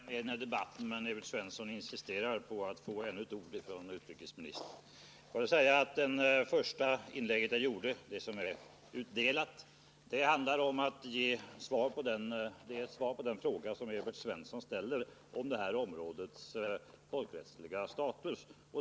Herr talman! Jag vill inte direkt säga mer i den här debatten, men Evert Svensson insisterar på att få ännu några ord från utrikesministern. Får jag då framhålla att det första inlägget jag gjorde — det som är utdelat — är ett svar på den fråga som Evert Svensson ställer om det här områdets folkrättsliga status.